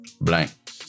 Blank